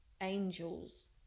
angels